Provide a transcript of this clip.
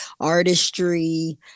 artistry